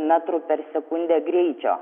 metrų per sekundę greičio